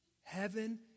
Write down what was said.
Heaven